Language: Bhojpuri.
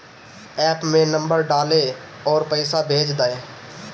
एप्प में नंबर डालअ अउरी पईसा भेज दअ